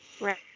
Right